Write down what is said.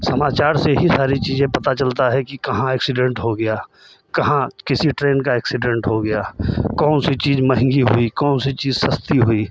समाचार से ही सारी चीज़ें पता चलती हैं कि कहाँ एक्सीडेन्ट हो गया कहाँ किसी ट्रेन का एक्सीडेन्ट हो गया कौन सी चीज़ महँगी हुई कौन सी चीज़ सस्ती हुई